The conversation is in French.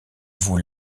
vous